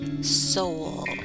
soul